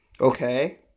okay